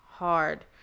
hard